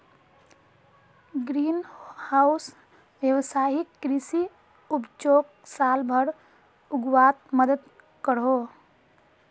green house वैवसायिक कृषि उपजोक साल भर उग्वात मदद करोह